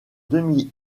demi